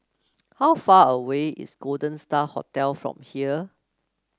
how far away is Golden Star Hotel from here